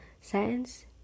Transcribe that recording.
Science